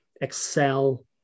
excel